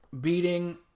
beating